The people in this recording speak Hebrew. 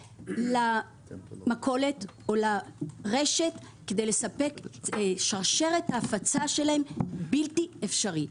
למכולת או לרשת, שרשרת ההפצה שלהם בלתי אפשרית.